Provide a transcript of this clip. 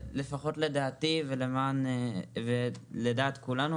לדעתי לפחות ובטח לדעת כולם,